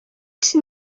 син